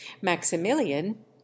maximilian